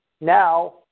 now